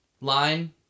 line